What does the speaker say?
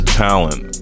talent